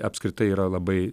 apskritai yra labai